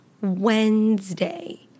Wednesday